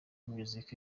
music